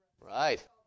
Right